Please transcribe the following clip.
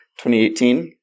2018